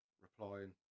replying